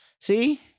See